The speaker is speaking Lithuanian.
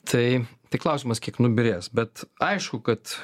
tai tik klausimas kiek nubyrės bet aišku kad